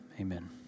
amen